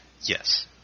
Yes